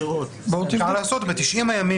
תבדקו את הנוסח.